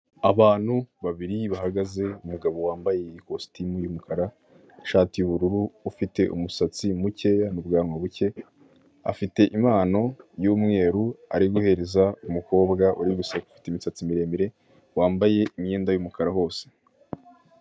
Abantu babiri bahagaze. Umugabo yambaye ikostimu y'umukara, ishati y'ubururu; ufite umusatsi mucyeya n'ubwanwa bucye. Afite impano y'umweru ari guhereza umukobwa uri guseka, ufite imisatsi miremire; wambaye imyenda y'umukara hose.